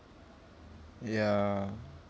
ya